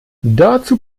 dazu